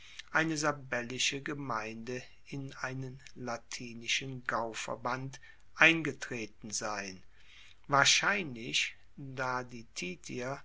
eine sabellische gemeinde in einen latinischen gauverband eingetreten sein wahrscheinlich da die